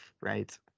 right